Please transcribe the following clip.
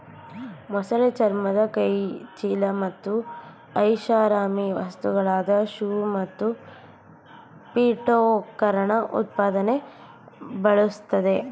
ಮೊಸಳೆ ಚರ್ಮನ ಕೈಚೀಲ ಮತ್ತು ಐಷಾರಾಮಿ ವಸ್ತುಗಳಾದ ಶೂ ಹಾಗೂ ಪೀಠೋಪಕರಣ ಉತ್ಪಾದನೆಗೆ ಬಳುಸ್ತರೆ